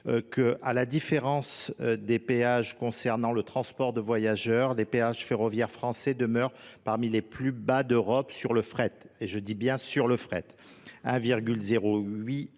qu'à la différence des péages concernant le transport de voyageurs, les péages ferroviaires français demeurent parmi les plus bas d'Europe sur le fret. Et je dis bien sur le fret. 1,08